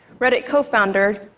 reddit cofounder,